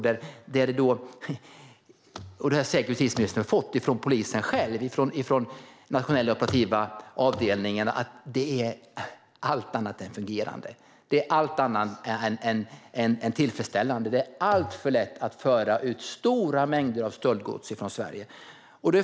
Justitieministern har säkert redan hört från polisen och Nationella operativa avdelningen att det här är allt annat än fungerande och allt annat än tillfredsställande. Det är alltför lätt att föra ut stora mängder stöldgods från Sverige.